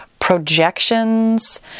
projections